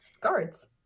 guards